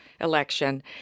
election